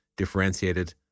Differentiated